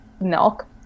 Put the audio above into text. milk